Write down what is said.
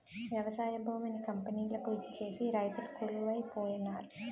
వ్యవసాయ భూమిని కంపెనీలకు ఇచ్చేసి రైతులు కొలువై పోనారు